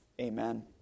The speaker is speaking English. amen